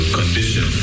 condition